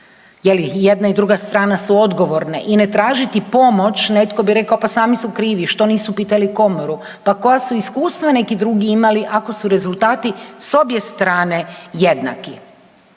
je li jedna i druga strana su odgovorne i ne tražiti pomoć netko bi rekao pa sami su krivi što nisu pitali komoru, pa koja su iskustva neki drugi imali ako su rezultati s obje strane jednaki.